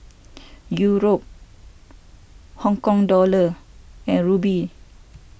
Euro Hong Kong Dollar and Ruble